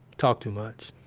talk too much.